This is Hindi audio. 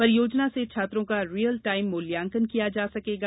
परियोजना से छात्रों का रियल टाइम मुल्यांकन किया जा सकेगा